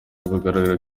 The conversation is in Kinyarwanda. bugaragaza